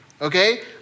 okay